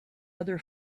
other